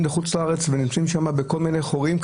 לחוץ לארץ ונמצאים שם בכל מיני חורים,